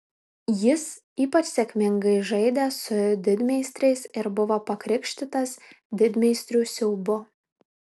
jis ypač sėkmingai žaidė su didmeistriais ir buvo pakrikštytas didmeistrių siaubu